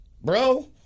Bro